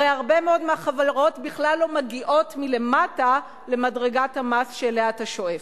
הרי הרבה מאוד מהחברות בכלל לא מגיעות מלמטה למדרגת המס שאליה אתה שואף.